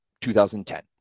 2010